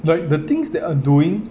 like the things they are doing